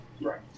Right